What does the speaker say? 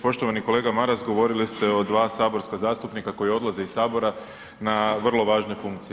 Poštovani kolega Maras, govorili ste o dva saborska zastupnika koji odlaze iz Sabora na vrlo važne funkcije.